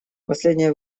последнее